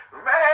Man